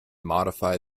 modify